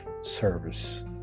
service